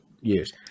years